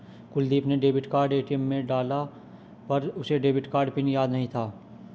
कुलदीप ने debit card ATM में डाला पर उसे डेबिट कार्ड पिन याद नहीं था